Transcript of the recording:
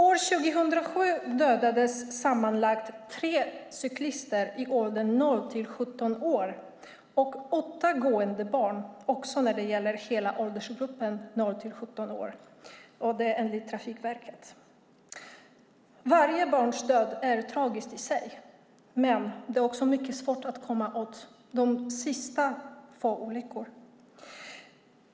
År 2007 dödades enligt Trafikverket sammanlagt tre cyklister i åldern 0-17 år och åtta gående barn, också i det i hela åldersgruppen 0-17 år. Varje barns död är tragisk i sig, men det är mycket svårt att komma åt de sista få olyckorna.